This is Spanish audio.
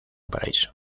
paraíso